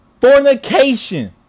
fornication